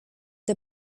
der